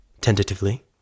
tentatively